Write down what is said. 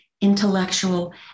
intellectual